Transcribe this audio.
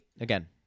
again